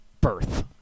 Birth